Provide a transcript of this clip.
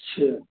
अच्छा